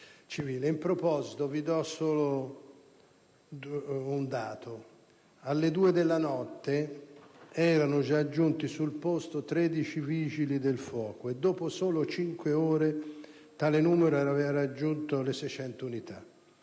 tal proposito, vi do solo un dato: alle 2 della notte erano già giunti sul posto 13 vigili del fuoco e, dopo solo cinque ore, tale numero aveva raggiunto le 600 unità.